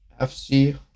FC